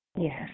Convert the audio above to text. Yes